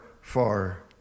far